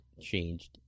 changed